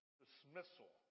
dismissal